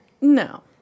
No